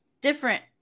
different